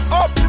up